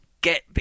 get